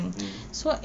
hmm